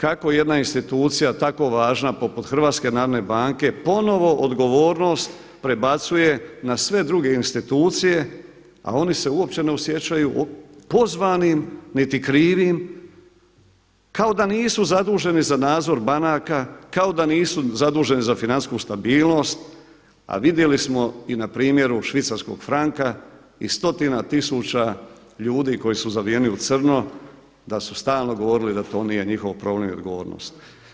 Nevjerojatno kako jedna institucija tako važna poput HNB-a ponovo odgovornost prebacuje na sve druge institucije, a oni se uopće ne osjećaju pozvanim niti krivim kao da nisu zaduženi za nadzor banaka, kao da nisu zaduženi za financijsku stabilnost, a vidjeli smo i na primjeru švicarskog franka i stotina tisuća ljudi koji su zavijeni u crno da su stalno govorili da to nije njihov problem i odgovornost.